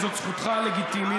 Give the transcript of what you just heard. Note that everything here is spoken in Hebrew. וזאת זכותך הלגיטימית,